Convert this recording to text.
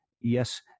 yes